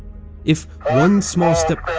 if one small step